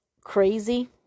crazy